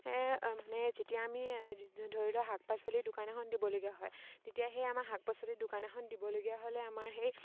মানে যেতিয়া আমি ধৰি লওক শাক পাচলিৰ দোকান এখন দিবলগীয়া হয় তেতিয়া সেই আমাৰ শাক পাচলিৰ দোকান এখন দিবলগীয়া হ'লে আমাৰ সেই